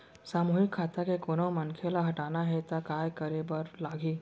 सामूहिक खाता के कोनो मनखे ला हटाना हे ता काय करे बर लागही?